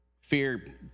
fear